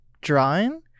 Drawing